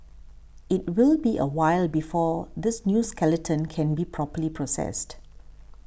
it will be a while before this new skeleton can be properly processed